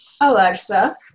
Alexa